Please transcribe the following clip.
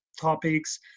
topics